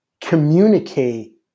Communicate